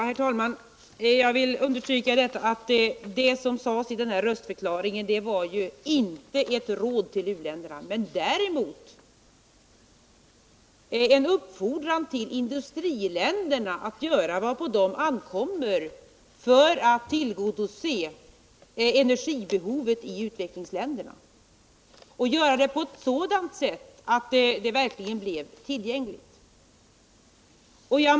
Herr talman! Jag vill understryka att det som sades i denna röstförklaring inte var ett råd till u-länderna men däremot en uppfordran till industriländerna att göra vad på dem ankommer för att tillgodose energibehovet i utvecklingsländerna och göra det på ett sådant sätt att energin verkligen blir tillgänglig.